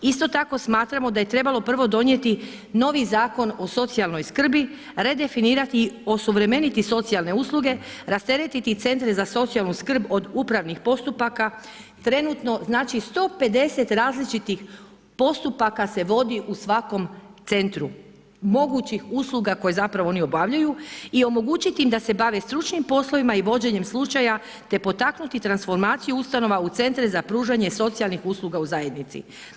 Isto tako smatramo da je trebalo prvo donijeti novi Zakon o socijalnoj skrbi, redefinirati, osuvremeniti socijalne usluge, rasteretiti centra za socijalnu skrb od upravih postupaka, trenutno znači 150 različitih postupaka se vodi u svakom centru, mogućih usluga koji zapravo oni obavljaju i omogućiti im da se bave stručnih poslova i vođenje slučaja, te potaknuti transformaciju ustanova u centre za pružanje socijalnih usluga u zajednici.